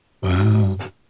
Wow